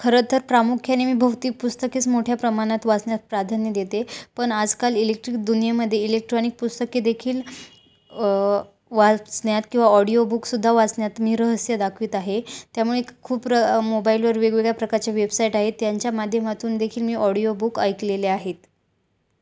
खरं तर प्रामुख्याने मी भौतिक पुस्तकेच मोठ्या प्रमाणात वाचण्यात प्राधान्य देते पण आजकाल इलेक्ट्रिक दुनियामध्ये इलेक्ट्रॉनिक पुस्तके देखील वाचण्यात किंवा ऑडिओ बुक सुद्धा वाचण्यात मी रहस्य दाखवत आहे त्यामुळे खूप र मोबाईलवर वेगवेगळ्या प्रकारच्या वेबसाईट आहेत त्यांच्या माध्यमातून देखील मी ऑडिओ बुक ऐकलेले आहेत